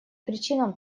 причинам